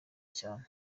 cyane